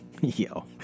Yo